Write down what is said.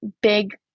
big